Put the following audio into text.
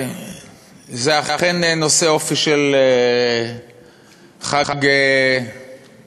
זה אכן נושא אופי של חג בכנסת,